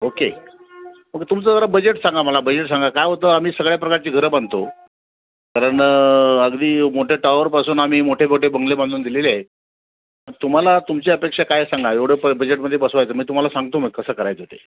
okay okay तुमचं जरा budget सांगा मला बजेट सांगा काय होतं आम्ही सगळ्या प्रकारची घरं बांधतो कारण अगदी मोठ्या टॉवरपासून आम्ही मोठे मोठे बंगले बांधून दिलेले आहे तुम्हाला तुमच्या अपेक्षा काय सांगा एवढं प बजेटमध्ये बसवायचं मी तुम्हाला सांगतो मग कसं करायचं ते